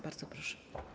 Bardzo proszę.